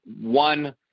One